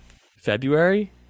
February